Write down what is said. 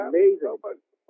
Amazing